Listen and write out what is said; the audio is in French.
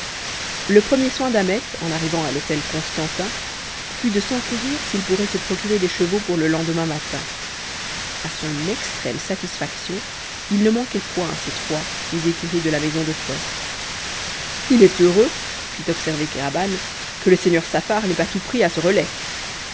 le premier soin d'ahmet en arrivant à l'hôtel constantin fut de s'enquérir s'il pourrait se procurer des chevaux pour le lendemain matin a son extrême satisfaction ils ne manquaient point cette fois aux écuries de la maison de poste il est heureux fit observer kéraban que le seigneur saffar n'ait pas tout pris à ce relais